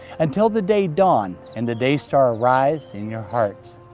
until the day dawn, and the day star arise in your hearts.